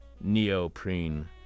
neoprene